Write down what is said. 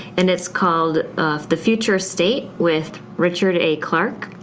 and it's called the future state with richard a. clarke,